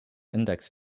index